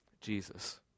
Jesus